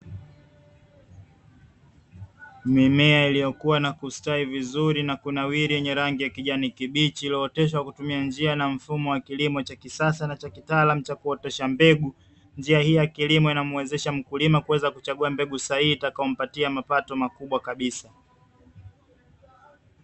Mimea illiyokua na kustawi vizuri na kunawiri yenye rangi ya kijani kibichi, iliyooteshwa kwa njia na mfumo wa kilimo cha kisasa na kitaalamu cha kuotesha mbegu. Njia hii ya kisasa inamwezesha mkulima kuweza kuchagua mbegu sahihi itakayo mpatia mapato makubwa kabisa.